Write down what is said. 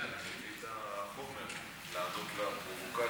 להביא את החומר לענות על פרובוקציות.